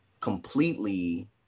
completely